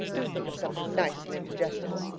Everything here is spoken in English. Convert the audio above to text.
do think of something nice and indigestible.